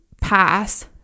pass